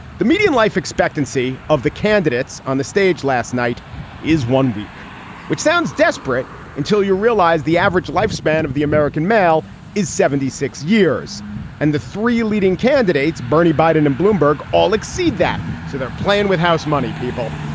the median life expectancy of the candidates on the stage last night is one week which sounds desperate until you realize the average lifespan of the american male is seventy six years and the three leading candidates, bernie, biden and bloomberg all exceed that. so they're playing with house money people.